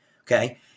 okay